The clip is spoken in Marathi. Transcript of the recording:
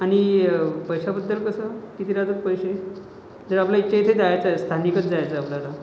आणि पैशाबद्दल कसं किती राहतात पैसे जर आपल्या इथच्या इथं जायचंय स्थानिकच जायचंय आपल्याला